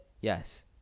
Yes